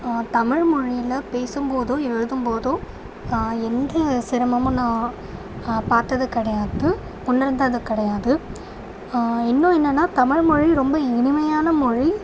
தமிழ்மொழியில் பேசும்போதும் எழுதும்போதும் எந்த சிரமமும் நான் பார்த்தது கிடையாது உணர்ந்தது கிடையாது இன்னும் என்னென்ன தமிழ்மொழி ரொம்ப இனிமையான மொழி